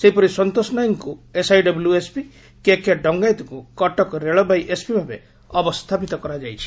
ସେହିପରି ସନ୍ତୋଷ ନାୟକଙ୍କୁ SI SP ଡଙ୍ଙାୟତଙ୍କୁ କଟକ ରେଳବାଇ ଏସପି ଭାବେ ଅବସ୍ତାପିତ କରାଯାଇଛି